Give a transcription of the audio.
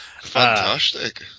Fantastic